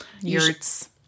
Yurts